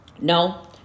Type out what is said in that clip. No